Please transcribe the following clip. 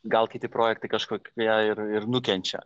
gal kiti projektai kažkokie ir ir nukenčia